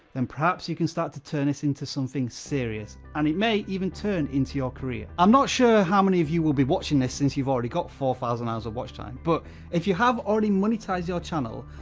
then perhaps you can start to turn it into something serious. and it may even turn into your career. i'm not sure how many of you will be watching this since you've already got four thousand hours of watch time, but if you have already monetized your channel,